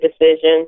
decision